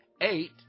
Eight